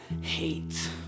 hate